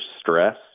stress